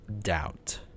doubt